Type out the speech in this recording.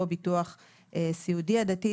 או ביטוח סיעודי הדדי,